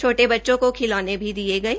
छोटे बच्चों को खिलौने भी दियेगये